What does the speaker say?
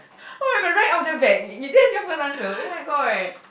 oh I got right off the bat that's your first answer oh-my-god